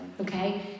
Okay